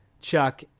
Chuck